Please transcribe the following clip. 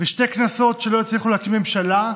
ושתי כנסות שלא הצליחו להקים ממשלה,